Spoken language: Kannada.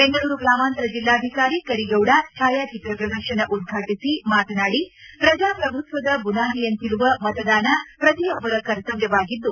ಬೆಂಗಳೂರು ಗ್ರಾಮಾಂತರ ಜಿಲ್ಲಾಧಿಕಾರಿ ಕರೀಗೌಡ ಛಾಯಾಚಿತ್ರ ಪ್ರದರ್ಶನ ಉದ್ಘಾಟಿಸಿ ಮಾತನಾಡಿ ಪ್ರಜಾಪ್ರಭುತ್ವದ ಬುನಾದಿಯಂತಿರುವ ಮತದಾನ ಪ್ರತಿಯೊಬ್ಬರ ಕರ್ತವ್ಯವಾಗಿದ್ದು